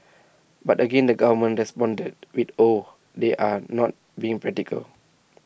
but again the government responded with oh they're not being practical